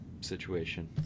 situation